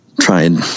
trying